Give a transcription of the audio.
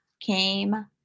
came